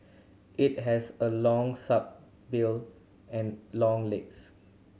it has a long bill and long legs